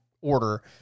order